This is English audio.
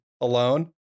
alone